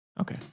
Okay